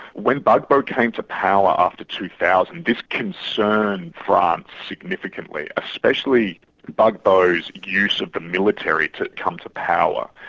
when gbagbo came to power after two thousand, this concerned france significantly, especially gbagbo's use of the military to come to power.